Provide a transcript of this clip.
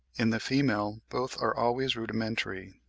in the female both are always rudimentary.